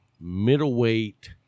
middleweight